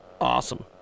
Awesome